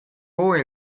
buca